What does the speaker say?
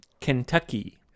Kentucky